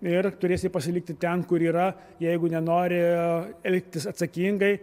ir turės jie pasilikti ten kur yra jeigu nenori elgtis atsakingai